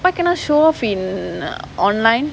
why cannot show off in online